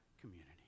community